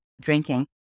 drinking